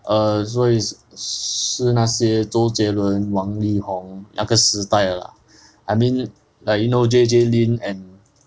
err 所以是那些周杰伦王力宏那个时代的 lah I mean like you know J J lin and